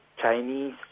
Chinese